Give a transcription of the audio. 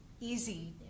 easy